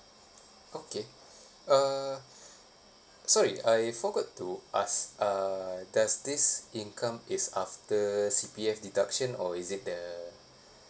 okay uh sorry I forgot to ask uh does this income is after C_P_F deduction or is it the